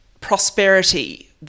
prosperity